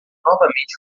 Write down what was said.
novamente